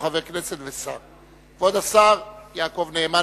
כבוד השר יעקב נאמן,